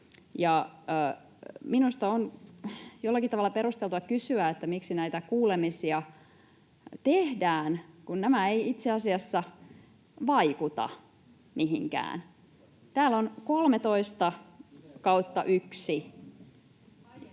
Minusta on jollakin tavalla perusteltua kysyä, miksi näitä kuulemisia tehdään, kun nämä eivät itse asiassa vaikuta mihinkään. [Ilmari